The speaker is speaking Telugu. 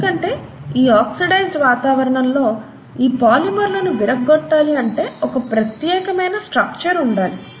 ఎందుకంటే ఈ ఆక్సిడైజ్డ్ వాతావరణంలో ఈ పొలిమేర్లను విరగొట్టాలి అంటే ఒక ప్రత్యేకమైన స్ట్రక్చర్ ఉండాలి